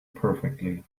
perfectly